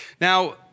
Now